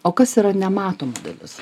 o kas yra nematoma dalis